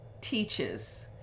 teaches